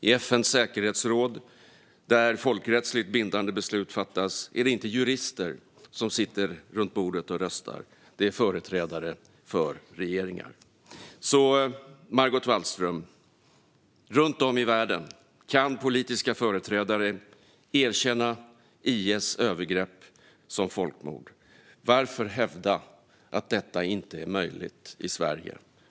I FN:s säkerhetsråd, där folkrättsligt bindande beslut fattas, är det inte jurister som sitter runt bordet och röstar, utan det är företrädare för regeringar. Så, Margot Wallström, runt om i världen kan politiska företrädare erkänna IS övergrepp som folkmord. Varför hävda att detta inte är möjligt i Sverige?